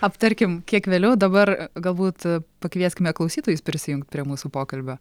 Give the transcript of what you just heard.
aptarkim kiek vėliau dabar galbūt pakvieskime klausytojus prisijungt prie mūsų pokalbio